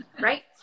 right